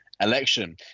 election